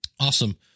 Awesome